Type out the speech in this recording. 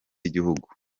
y’igihugu